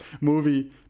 movie